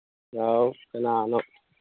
ꯍꯥꯎ ꯀꯅꯥꯅꯣ